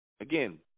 again